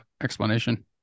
explanation